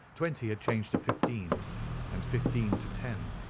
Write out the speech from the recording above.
twenty had changed to fifteen and fifteen to ten,